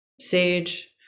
sage